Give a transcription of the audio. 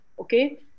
okay